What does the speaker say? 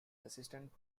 assistant